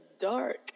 dark